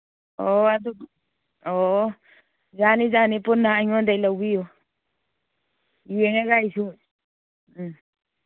ꯑꯣ ꯑꯗꯨ ꯑꯣ ꯌꯥꯅꯤ ꯌꯥꯅꯤ ꯄꯨꯟꯅ ꯑꯩꯉꯣꯟꯗꯒꯤ ꯂꯧꯕꯤꯌꯨ ꯌꯦꯡꯉꯒ ꯑꯩꯁꯨ ꯎꯝ